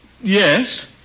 yes